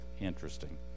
interesting